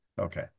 Okay